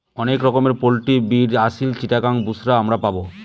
অনেক রকমের poultry breed Aseel, Chittagong, বুশরা আমরা পাবো